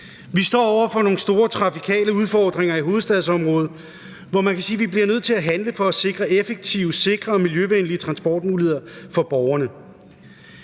Vi står over for nogle store trafikale udfordringer i hovedstadsområdet, og man kan sige, at vi bliver nødt til at handle for at sikre effektive, sikre og miljøvenlige transportmuligheder for borgerne.